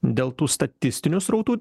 dėl tų statistinių srautų